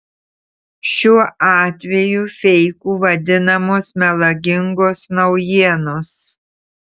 šiuo atveju feiku vadinamos melagingos naujienos